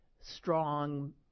strong